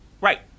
Right